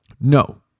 No